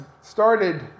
started